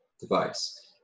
device